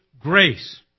grace